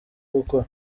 gukora